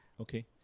Okay